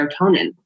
serotonin